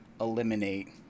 eliminate